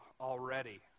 already